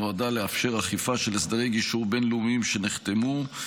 שנועדה לאפשר אכיפה של הסדרי גישור בין-לאומיים שנחתמו.